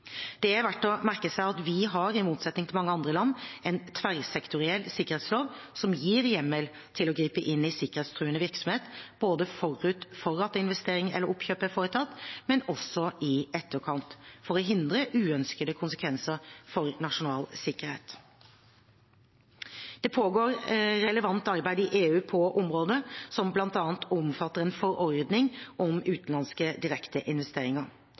Det er verdt å merke seg at vi, i motsetning til mange andre land, har en tverrsektoriell sikkerhetslov som gir hjemmel til å gripe inn i sikkerhetstruende virksomhet både forut for at investeringen eller oppkjøpet er foretatt, men også i etterkant, for å hindre uønskede konsekvenser for nasjonal sikkerhet. Det pågår relevant arbeid i EU på området, som bl.a. omfatter en forordning om utenlandske direkteinvesteringer.